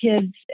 kids